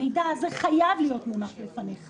המידע הזה חייב להיות מונח בפניך